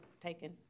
taken